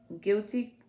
guilty